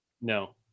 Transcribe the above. No